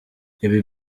ibi